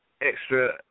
extra